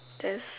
there's